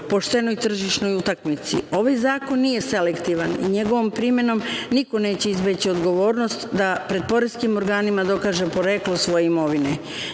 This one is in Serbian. poštenoj tržišnoj utakmici. Ovaj zakon nije selektivan. Njegovom primenom niko neće izbeći odgovornost da pred poreskim organima dokaže poreklo svoje imovine.